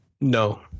No